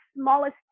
smallest